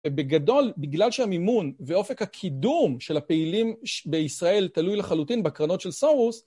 א-בגדול, בגלל שהמימון, ואופק הקידום, של הפעילים, ש-בישראל, תלוי לחלוטין בקרנות של סורוס,